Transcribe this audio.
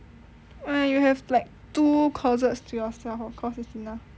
you have like two closets to yourself of course it's enough